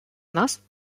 нас